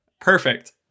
Perfect